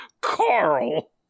Carl